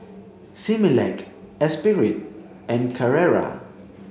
Similac Esprit and Carrera